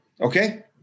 okay